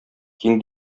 киң